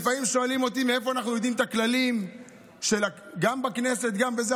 לפעמים שואלים אותי מאיפה אנחנו יודעים את הכללים גם בכנסת וגם בזה.